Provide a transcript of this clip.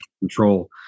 control